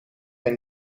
hij